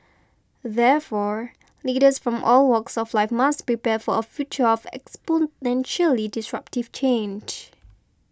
therefore leaders from all walks of life must prepare for a future of exponentially disruptive change